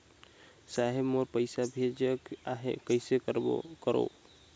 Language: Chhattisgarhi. साहेब मोर पइसा भेजेक आहे, कइसे करो?